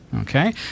okay